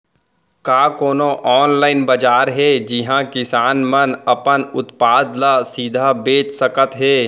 का कोनो अनलाइन बाजार हे जिहा किसान मन अपन उत्पाद ला सीधा बेच सकत हे?